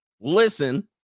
Listen